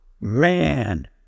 man